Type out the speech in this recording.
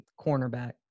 cornerback